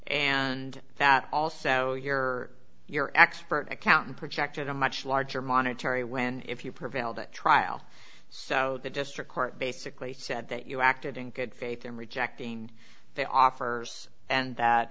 and that also your your expert accountant projected a much larger monetary when if you prevailed at trial so the district court basically said that you acted in good faith in rejecting the offers and that